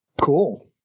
Cool